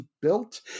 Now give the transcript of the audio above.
built